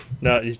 No